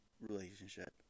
relationship